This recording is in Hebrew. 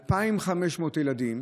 2,500 ילדים